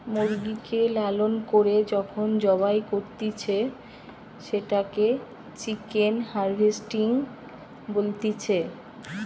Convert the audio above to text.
মুরগিকে লালন করে যখন জবাই করতিছে, সেটোকে চিকেন হার্ভেস্টিং বলতিছে